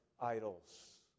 idols